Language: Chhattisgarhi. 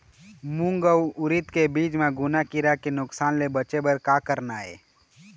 मूंग अउ उरीद के बीज म घुना किरा के नुकसान ले बचे बर का करना ये?